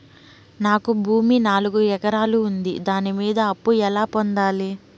నాకు భూమి నాలుగు ఎకరాలు ఉంది దాని మీద అప్పు ఎలా పొందాలి?